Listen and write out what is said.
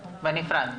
בנפרד.